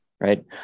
right